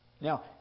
Now